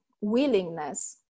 willingness